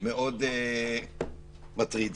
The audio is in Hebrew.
מאוד מטריד.